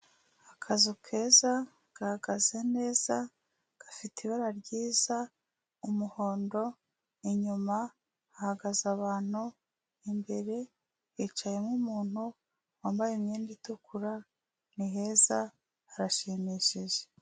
Akazu keza gahagaze neza, gafite ibara ryiza, umuhondo, inyuma hahagaze abantu, imbere hicayemo umuntu wambaye imyenda itukura, ni heza, harashimishije.